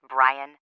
Brian